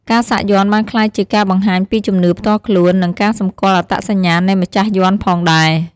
ការសាក់យ័ន្តបានក្លាយជាការបង្ហាញពីជំនឿផ្ទាល់ខ្លួន និងការសម្គាល់អត្តសញ្ញាណនៃម្ចាស់យ័ន្តផងដែរ។